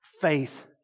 faith